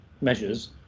measures